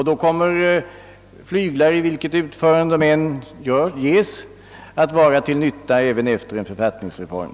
Då kommer flyglar, vilket utförande de än ges, att vara till nytta även efter en författningsreform.